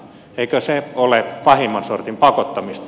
eikö se ole pahimman sortin pakottamista